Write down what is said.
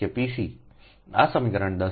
આ સમીકરણ 10 છે